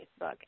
Facebook